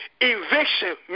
eviction